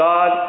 God